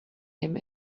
him